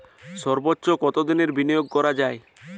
সর্বোচ্চ কতোদিনের বিনিয়োগ করা যায়?